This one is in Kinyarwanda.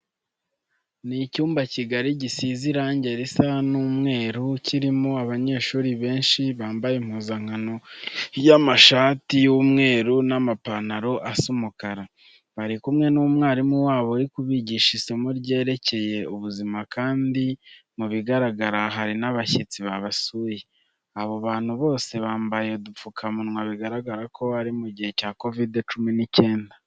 Ni icyumba kigari gisize irange risa umweru kirimo abanyeshuri benshi bambaye impuzankano y'amashati y'umweru n'amapantaro asa umukara. Bari kumwe n'umwarimu wabo uri kubigisha isomo ryerekeye ubuzima kandi mu bigaragara hari n'abashyitsi babasuye. Abo bantu bose bambaye udupfukamunwa, bigaragara ko ari mu gihe cya Kovide cumi n'icyenda.